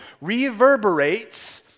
reverberates